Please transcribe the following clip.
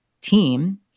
team